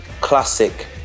classic